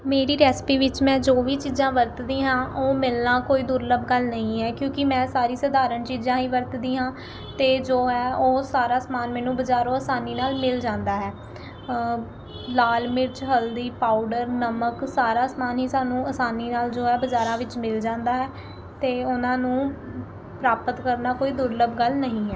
ਮੇਰੀ ਰੈਸਪੀ ਵਿੱਚ ਮੈਂ ਜੋ ਵੀ ਚੀਜ਼ਾਂ ਵਰਤਦੀ ਹਾਂ ਉਹ ਮਿਲਣਾ ਕੋਈ ਦੁਰਲਭ ਗੱਲ ਨਹੀਂ ਹੈ ਕਿਉਂਕਿ ਮੈਂ ਸਾਰੀ ਸਧਾਰਨ ਚੀਜ਼ਾਂ ਹੀ ਵਰਤਦੀ ਹਾਂ ਅਤੇ ਜੋ ਹੈ ਉਹ ਸਾਰਾ ਸਮਾਨ ਮੈਨੂੰ ਬਾਜ਼ਾਰੋਂ ਆਸਾਨੀ ਨਾਲ ਮਿਲ ਜਾਂਦਾ ਹੈ ਲਾਲ ਮਿਰਚ ਹਲਦੀ ਪਾਊਡਰ ਨਮਕ ਸਾਰਾ ਸਮਾਨ ਹੀ ਸਾਨੂੰ ਆਸਾਨੀ ਨਾਲ ਜੋ ਹੈ ਬਾਜ਼ਾਰਾਂ ਵਿੱਚ ਮਿਲ ਜਾਂਦਾ ਹੈ ਅਤੇ ਉਹਨਾਂ ਨੂੰ ਪ੍ਰਾਪਤ ਕਰਨਾ ਕੋਈ ਦੁਰਲਭ ਗੱਲ ਨਹੀਂ ਹੈ